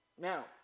Now